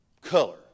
color